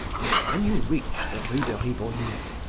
and when you reach the rue de rivoli,